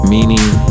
meaning